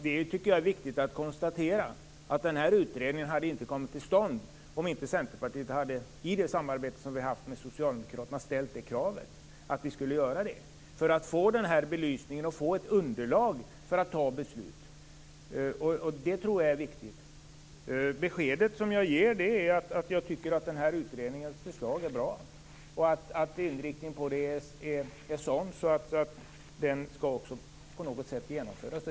Det är viktigt att konstatera att utredningen inte hade kommit till stånd om inte Centerpartiet i sitt samarbete med Socialdemokraterna ställt kravet på en sådan. Utredningen behövdes för att vi skulle få en belysning och ett underlag för att kunna fatta beslut. Detta tror jag är viktigt. Det besked jag ger är att jag tycker att utredningens förslag är bra. Inriktningen på förslaget är sådant att det också på något sätt skall genomföras.